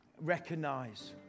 recognize